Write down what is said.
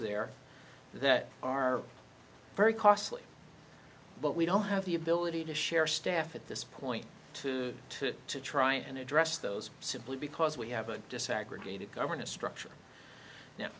there that are very costly but we don't have the ability to share staff at this point to to to try and address those simply because we have a desegregated governance structure now